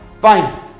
fine